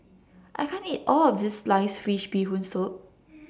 I can't eat All of This Sliced Fish Bee Hoon Soup